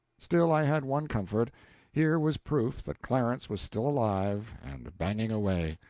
still, i had one comfort here was proof that clarence was still alive and banging away.